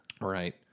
right